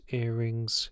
earrings